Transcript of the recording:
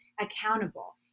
accountable